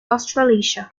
australasia